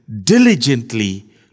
diligently